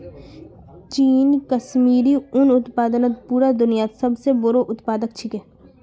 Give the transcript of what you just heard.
चीन कश्मीरी उन उत्पादनत पूरा दुन्यात सब स बोरो उत्पादक छिके